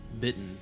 bitten